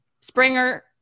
Springer